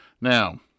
Now